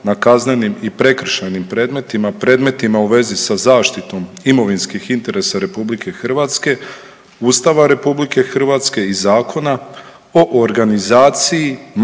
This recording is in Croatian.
na kaznenim i prekršajnim predmetima, predmetima u vezi sa zaštitom imovinskih interesa RH, Ustava RH i Zakona o organizaciji